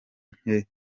nke